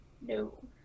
No